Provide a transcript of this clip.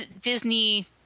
Disney